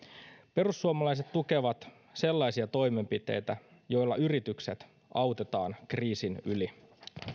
perussuomalaiset tukevat sellaisia toimenpiteitä joilla yritykset autetaan kriisin yli